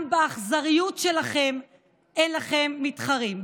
גם באכזריות שלכם אין לכם מתחרים.